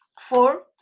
Four